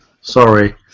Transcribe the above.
Sorry